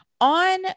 on